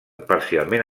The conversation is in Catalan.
parcialment